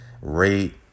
rate